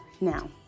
now